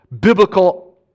biblical